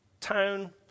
town